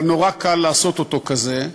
אבל נורא קל לעשות אותו כזה,